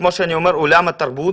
כמו שאני אומר, עולם התרבות